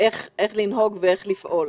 איך לנהוג ואיך לפעול.